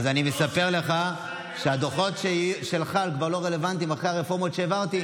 אז אני מספר לך שהדוחות שלך כבר לא רלוונטיים אחרי הרפורמות שהעברתי,